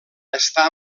estar